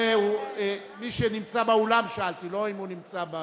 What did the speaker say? מי שנמצא באולם שאלתי, לא אם הוא נמצא.